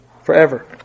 forever